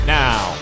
now